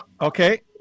Okay